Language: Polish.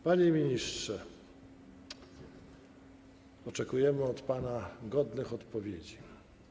Panie ministrze, oczekujemy od pana godnych odpowiedzi.